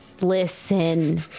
Listen